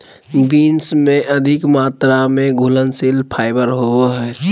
beans में अधिक मात्रा में घुलनशील फाइबर होवो हइ